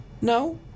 no